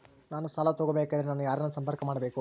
ನಾನು ಸಾಲ ತಗೋಬೇಕಾದರೆ ನಾನು ಯಾರನ್ನು ಸಂಪರ್ಕ ಮಾಡಬೇಕು?